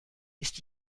ist